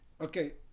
Okay